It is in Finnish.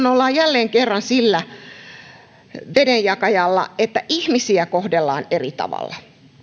ollaan jälleen kerran sillä vedenjakajalla että ihmisiä kohdellaan eri tavalla